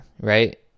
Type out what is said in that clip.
right